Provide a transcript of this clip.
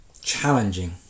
challenging